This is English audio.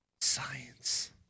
Science